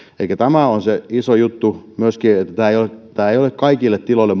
elikkä tämä on myöskin iso juttu tämä ei ole kaikille tiloille